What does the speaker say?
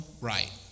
right